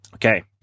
Okay